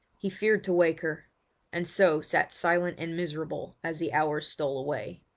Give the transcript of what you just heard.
he feared to wake her and so sat silent and miserable as the hours stole away.